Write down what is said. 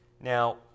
now